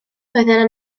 yna